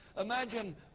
Imagine